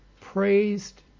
praised